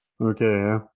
okay